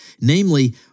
namely